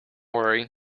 worry